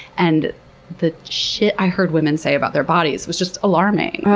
and the shit i heard women say about their bodies was just alarming,